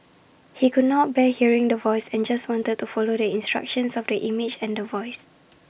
he could not bear hearing The Voice and just wanted to follow the instructions of the image and The Voice